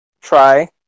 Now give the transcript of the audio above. try